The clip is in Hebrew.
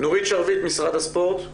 נורית שרביט, משרד הספורט.